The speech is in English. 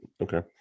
Okay